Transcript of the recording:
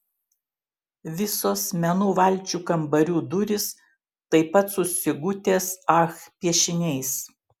visos menų valčių kambarių durys taip pat su sigutės ach piešiniais